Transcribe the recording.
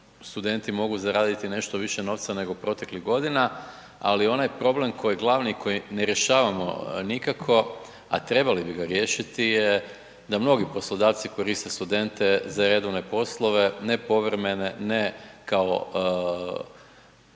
studenti mogu zaraditi nešto više novca nego proteklih godina, ali onaj problem koji je glavni koji ne rješavamo nikako, a trebali bi ga riješiti je da mnogi poslodavci koriste studente za redovne poslove, ne povremene, ne kao